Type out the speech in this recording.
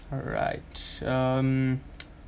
alright um